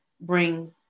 bring